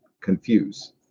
confuse